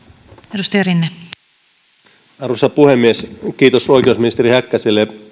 arvoisa rouva puhemies kiitos oikeusministeri häkkäselle